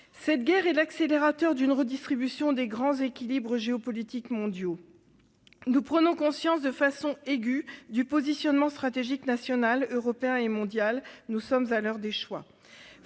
Cette guerre est l'accélérateur d'une redistribution des grands équilibres géopolitiques mondiaux. Nous prenons conscience de façon aiguë du positionnement stratégique national, européen et mondial. Nous sommes à l'heure des choix.